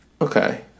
Okay